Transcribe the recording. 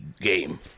game